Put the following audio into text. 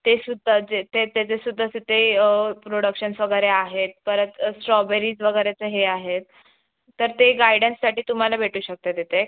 ते सुद्धा जे ते त्याच्यातसुद्धा असं ते प्रोडक्शन्स वगैरे आहेत परत स्ट्रॉबेरीज वगैरेचं हे आहेत तर ते गायडन्ससाठी तुम्हाला भेटू शकतं तिथे